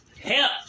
Help